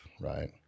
right